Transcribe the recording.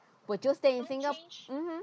would you stay in singa~ mmhmm